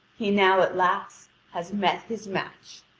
he now at last has met his match.